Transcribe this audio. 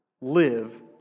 live